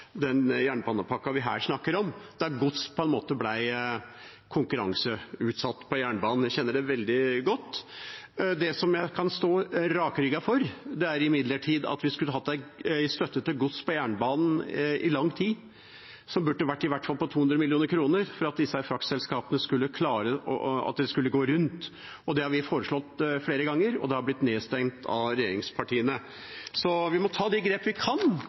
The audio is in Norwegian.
jernbanepakka vi her snakker om, da gods på en måte ble konkurranseutsatt på jernbanen – jeg kjenner det veldig godt. Det som jeg kan stå rakrygget for, er imidlertid at vi skulle hatt en støtte til gods på jernbanen i lang tid, som burde vært på i hvert fall 200 mill. kr for at fraktselskapene skulle få det til å gå rundt. Det har vi foreslått flere ganger, og det har blitt nedstemt av regjeringspartiene. Så vi må ta de grepene vi kan,